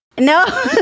No